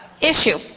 issue